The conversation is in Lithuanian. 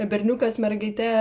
berniukas mergaite